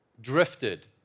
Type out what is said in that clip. drifted